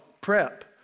prep